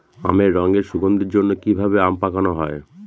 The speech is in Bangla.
আমের রং এবং সুগন্ধির জন্য কি ভাবে আম পাকানো হয়?